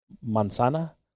manzana